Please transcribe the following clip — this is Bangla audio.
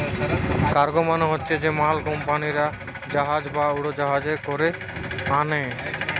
কার্গো মানে হচ্ছে যে মাল কুম্পানিরা জাহাজ বা উড়োজাহাজে কোরে আনে